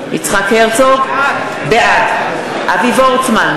בעד אבי וורצמן,